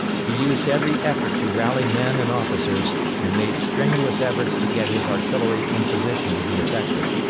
he used every effort to rally men and officers, and made strenuous efforts to get his artillery in position to be effective.